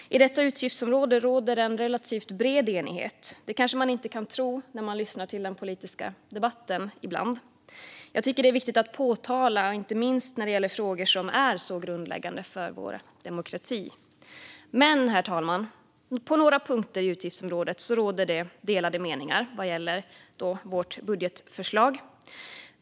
I detta utgiftsområde råder en relativt bred enighet. Det kanske man inte kan tro ibland när man lyssnar till den politiska debatten. Jag tycker att det är viktigt att peka på detta, inte minst när det gäller frågor som är så grundläggande för vår demokrati. Men, herr talman, på några punkter i utgiftsområdet råder delade meningar vad gäller vårt budgetförslag.